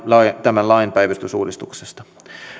tämän lain päivystysuudistuksesta